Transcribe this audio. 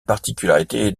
particularité